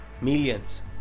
millions